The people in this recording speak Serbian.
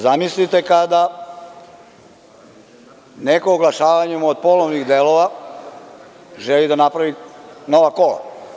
Zamislite kada neko oglašavanjem od polovnih delova želi da napravi nova kola.